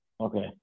okay